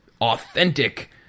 authentic